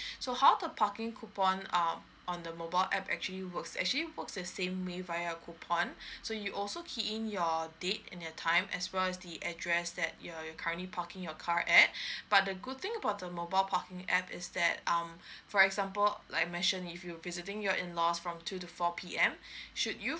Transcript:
so how the parking coupon um on the mobile app actually works actually works the same mean via coupon so you also key in your date and your time as well as the address that you're you're currently parking your car at but the good thing about the mobile parking app is that um for example like I mentioned if you visiting your in laws from two to four P_M should you